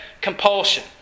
compulsion